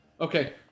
Okay